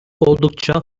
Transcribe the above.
oldukça